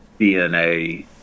DNA